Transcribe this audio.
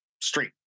street